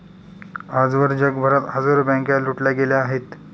आजवर जगभरात हजारो बँका लुटल्या गेल्या आहेत